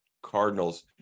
cardinals